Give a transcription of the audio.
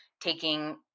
taking